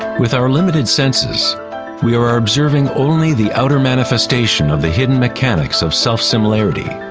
with our limited senses we are observing only the outer manifestation of the hidden mechanics of self similarity.